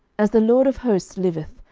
as the lord of hosts liveth,